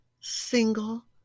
single